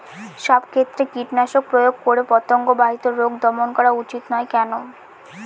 সব ক্ষেত্রে কীটনাশক প্রয়োগ করে পতঙ্গ বাহিত রোগ দমন করা উচিৎ নয় কেন?